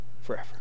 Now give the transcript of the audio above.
forever